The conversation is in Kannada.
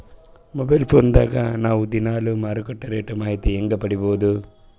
ಮೊಬೈಲ್ ಫೋನ್ ದಾಗ ನಾವು ದಿನಾಲು ಮಾರುಕಟ್ಟೆ ರೇಟ್ ಮಾಹಿತಿ ಹೆಂಗ ಪಡಿಬಹುದು?